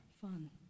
fun